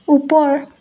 ওপৰ